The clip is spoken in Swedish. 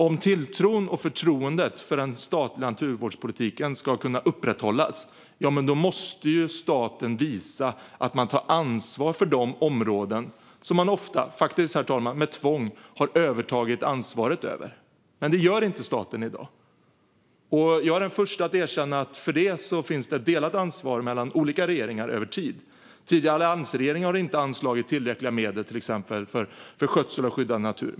Om tilltron till och förtroendet för den statliga naturvårdspolitiken ska kunna upprätthållas måste staten visa att man tar ansvar för de områden som man, faktiskt ofta med tvång, har övertagit ansvaret för. Men det gör inte staten i dag. Jag är den första att erkänna att det för det finns ett delat ansvar mellan olika regeringar över tid. Den tidigare alliansregeringen anslog till exempel inte tillräckliga medel för skötsel av skyddad natur.